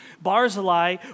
Barzillai